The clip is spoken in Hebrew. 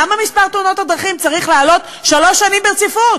למה מספר תאונות הדרכים צריך לעלות שלוש שנים ברציפות?